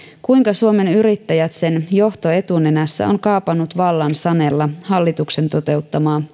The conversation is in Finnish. kuinka suomen yrittäjät sen johto etunenässä on kaapannut vallan sanella hallituksen toteuttamaa